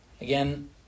again